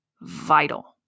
vital